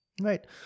right